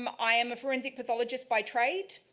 um i am a forensic pathologist by trade.